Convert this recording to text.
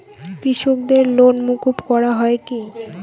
কৃষকদের লোন মুকুব করা হয় কি?